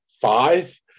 five